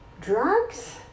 drugs